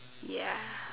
ya